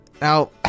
Now